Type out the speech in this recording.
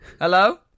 Hello